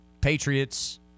Patriots